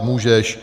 Můžeš.